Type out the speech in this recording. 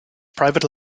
private